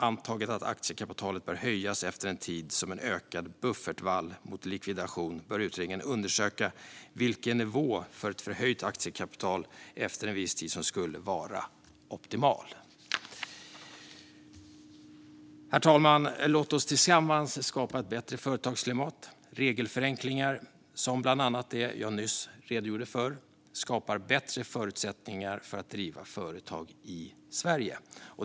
Antaget att aktiekapitalet bör höjas efter en tid som en ökad buffertvall mot likvidation bör utredningen undersöka vilken nivå för ett förhöjt aktiekapital efter en viss tid som skulle vara optimal. Herr talman! Låt oss tillsammans skapa ett bättre företagsklimat. Regelförenklingar, bland annat de jag nyss redogjorde för, skapar bättre förutsättningar för att driva företag i Sverige.